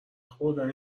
خوردن